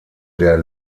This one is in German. der